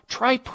Try